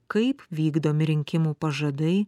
kaip vykdomi rinkimų pažadai